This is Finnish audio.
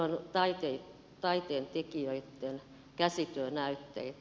ne ovat taiteentekijöitten käsityönäytteitä